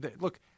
Look –